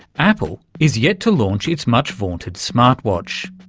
apple is yet to launch its much vaunted smartwatch.